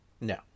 No